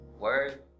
word